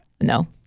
No